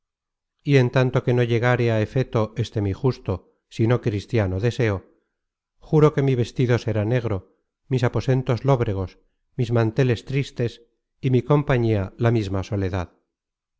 y en tanto que no llegáre á efeto este mi justo si no cristiano deseo juro que mi vestido será negro mis aposentos lóbregos mis manteles tristes y mi compañía la misma soledad